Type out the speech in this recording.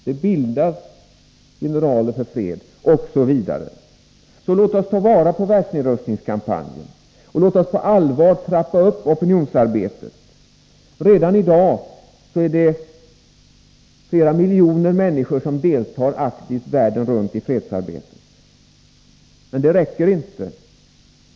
Det bildas Generaler för fred, osv. Så låt oss ta vara på världsnedrustningskampanjen och låt oss på allvar trappa upp opinionsarbetet. Redan i dag är det flera miljoner människor som deltar aktivt världen runt i fredsarbetet. Men det räcker inte.